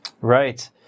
Right